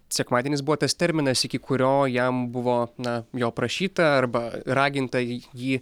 sekmadienis buvo tas terminas iki kurio jam buvo na jo prašyta arba raginta jį